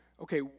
okay